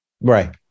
Right